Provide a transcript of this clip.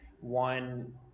one